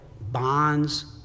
bonds